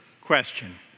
question